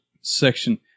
section